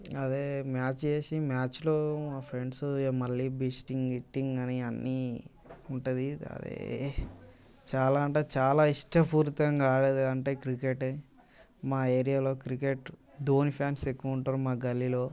అదే మ్యాచ్ వేసి మ్యాచ్లో మా ఫ్రెండ్స్ మళ్ళీ బెట్టింగ్ గిట్టింగ్ అని అన్నీ ఉంటుంది అది చాలా అంటే చాలా ఇష్టపూరితంగా ఆడేది అంటే క్రికెట్ఏ మా ఏరియాలో క్రికెట్ ధోనీ ఫ్యాన్స్ ఎక్కువ ఉంటారు మా గల్లీలో